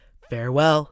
farewell